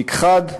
נכחד ונפקד.